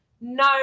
no